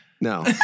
No